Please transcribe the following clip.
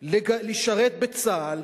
לשרת בצה"ל,